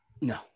No